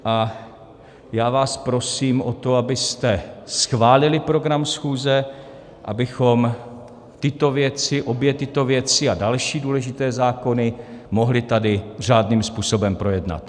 A já vás prosím o to, abyste schválili program schůze, abychom tyto věci, obě tyto věci a další důležité zákony, mohli tady řádným způsobem projednat.